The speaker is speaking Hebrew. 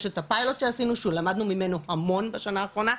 יש את הפיילוט שעשינו שממנו למדנו המון בשנה האחרונה.